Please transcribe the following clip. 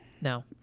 no